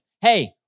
Hey